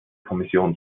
kommission